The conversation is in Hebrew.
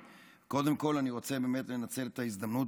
קודם כול אני רוצה באמת לנצל את ההזדמנות